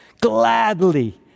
gladly